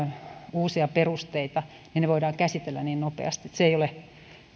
uusia perusteita käsitellä nopeasti se ei ole